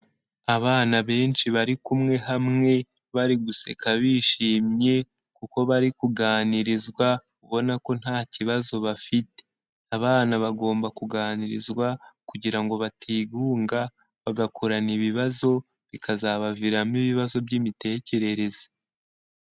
Abana benshi bari kumwe hamwe bari guseka bishimye kuko bari kuganirizwa ubona ko nta kibazo bafite, abana bagomba kuganirizwa kugira ngo batigunga bagakurana ibibazo bikazabaviramo ibibazo by'imitekerereze.